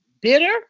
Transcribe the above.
bitter